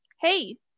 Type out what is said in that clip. hey